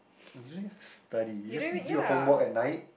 usually study you just do your homework at night